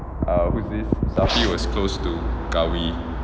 uh who's this safi was close to qawi